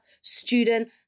student